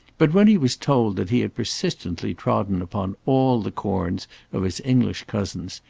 but when he was told that he had persistently trodden upon all the corns of his english cousins,